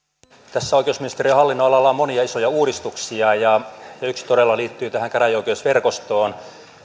tässä oikeusministeriön hallinnonalalla on monia isoja uudistuksia ja yksi todella liittyy tähän käräjäoikeusverkostoon